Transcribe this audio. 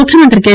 ముఖ్యమంత్రి కె